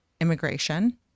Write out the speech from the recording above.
immigration